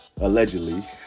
allegedly